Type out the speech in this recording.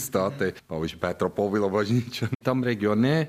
statė pavyzdžiui petro povilo bažnyčią tam regione